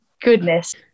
goodness